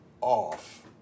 off